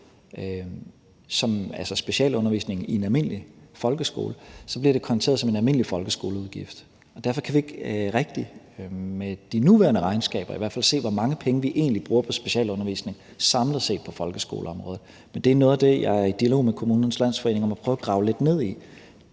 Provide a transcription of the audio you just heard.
som specialundervisning i en almindelig folkeskole, bliver det konteret som en almindelig folkeskoleudgift. Derfor kan vi ikke rigtig, i hvert fald ikke med de nuværende regnskaber, se, hvor mange penge vi egentlig bruger på specialundervisning samlet set på folkeskoleområdet. Men det er noget af det, jeg er i dialog med Kommunernes Landsforening om at prøve at grave lidt ned i.